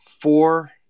four